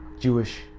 Jewish